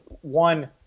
one –